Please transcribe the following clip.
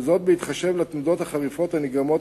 וזאת בהתחשב בתנודות החריפות הנגרמות